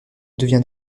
devient